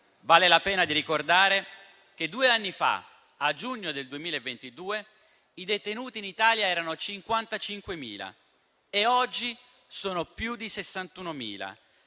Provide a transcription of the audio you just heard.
vale la pena ricordare che due anni fa, nel giugno del 2022, i detenuti in Italia erano 55.000 e oggi sono più di 61.000.